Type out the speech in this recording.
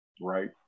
Right